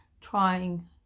trying